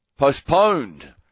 Postponed